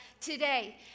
today